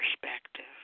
perspective